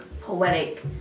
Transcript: poetic